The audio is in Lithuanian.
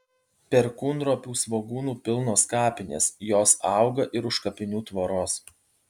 perkūnropių svogūnų pilnos kapinės jos auga ir už kapinių tvoros